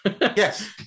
Yes